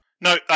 No